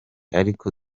ariko